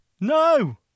No